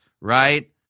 right